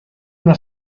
una